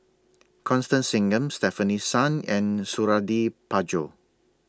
Constance Singam Stefanie Sun and Suradi Parjo